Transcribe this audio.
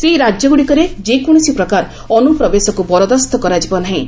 ସେହି ରାଜ୍ୟଗୁଡ଼ିକରେ ଯେକୌଣସି ପ୍ରକାର ଅନୁପ୍ରବେଶକୁ ବରଦାସ୍ତ କରାଯିବ ନାହିଁ